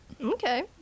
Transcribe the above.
Okay